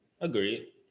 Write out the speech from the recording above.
Agreed